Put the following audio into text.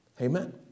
Amen